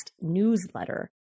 newsletter